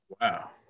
Wow